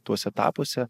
tuose etapuose